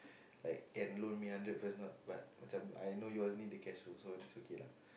like yeah loan me hundred first not but macam I know you only the cash rule so it's okay lah